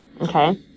Okay